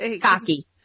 Cocky